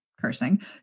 cursing